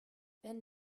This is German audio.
wenn